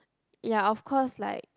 ya of course like